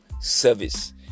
service